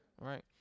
right